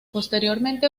posteriormente